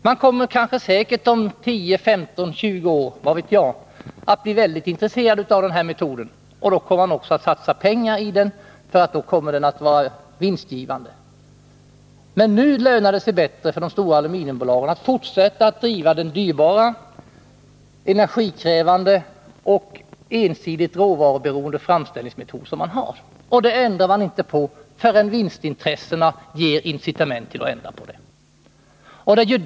Man kommer säkert om 10-20 år att bli väldigt intresserad av den nya metoden, och man kommer också att satsa pengar på den eftersom den då är vinstgivande. Men nu lönar det sig bättre för de stora aluminiumbolagen att fortsätta att driva den dyrbara, energikrävande och ensidigt råvaruberoende framställningsmetoden. Man kommer inte att ändra den förrän vinstintressena ger incitament till det.